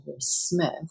Smith